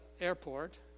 Airport